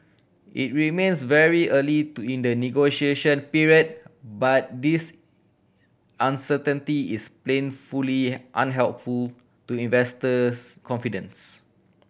it remains very early to in the negotiation period but this uncertainty is plain unhelpful to investors confidence